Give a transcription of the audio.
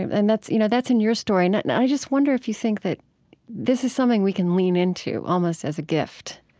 and that's you know that's in your story. and i just wonder if you think that this is something we can lean into almost as a gift